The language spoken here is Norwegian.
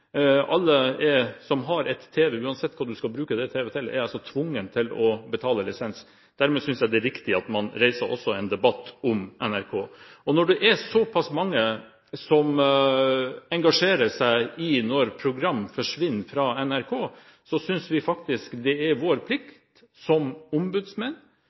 Alle som har en tv – uansett hva en skal bruke tv-en til – er tvunget til å betale lisens. Dermed synes jeg det er riktig at man reiser en debatt også om NRK. Når det er såpass mange som engasjerer seg når program forsvinner fra NRK, synes vi faktisk det er vår plikt, som ombudsmenn